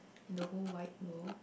the whole wide world